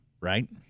right